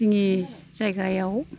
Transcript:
जोंनि जायगायाव